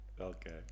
okay